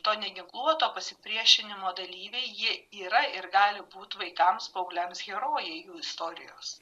to neginkluoto pasipriešinimo dalyviai jie yra ir gali būt vaikams paaugliams herojai jų istorijos